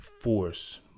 force